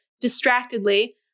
distractedly